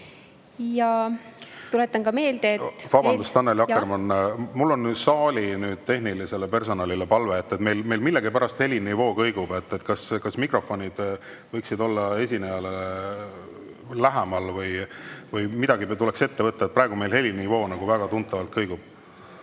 Ja tuletan ka meelde … Vabandust, Annely Akkermann! Mul on saali tehnilisele personalile palve, meil millegipärast helinivoo kõigub. Kas mikrofonid võiksid olla esinejale lähemal? Midagi tuleks ette võtta, praegu meil helinivoo väga tuntavalt kõigub.